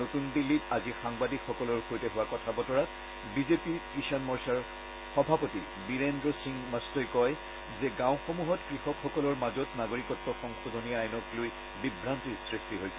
নতুন দিল্লীত আজি সাংবাদিকসকলৰ সৈতে হোৱা কথা বতৰাত বিজেপি কিযাণ মৰ্চাৰ সভাপতি বিৰেন্দ্ৰ সিং মষ্টই কয় যে গাঁওসমূহত কৃষকসকলৰ মাজত নাগৰিকত্ সংশোধনী আইনক লৈ বিভান্তিৰ সৃষ্টি হৈছে